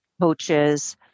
coaches